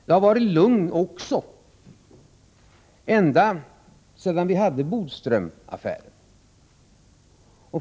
Det har varit lugnt sedan vi hade Bodströmaffären.